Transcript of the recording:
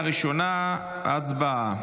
הצבעה.